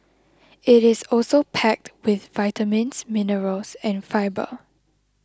it is also packed with vitamins minerals and fibre